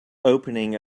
opening